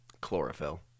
chlorophyll